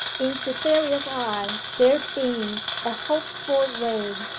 in cytherea's eye there beamed a hopeful ray,